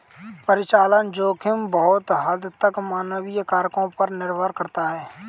परिचालन जोखिम बहुत हद तक मानवीय कारकों पर निर्भर करता है